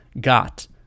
got